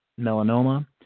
melanoma